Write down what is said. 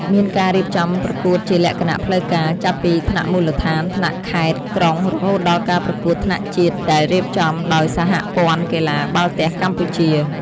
មានការរៀបចំការប្រកួតជាលក្ខណៈផ្លូវការ ចាប់ពីថ្នាក់មូលដ្ឋាន ថ្នាក់ខេត្ត-ក្រុង រហូតដល់ការប្រកួតថ្នាក់ជាតិដែលរៀបចំដោយសហព័ន្ធកីឡាបាល់ទះកម្ពុជា។